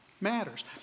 matters